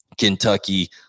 Kentucky